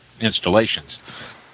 installations